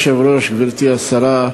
אדוני היושב-ראש, גברתי השרה,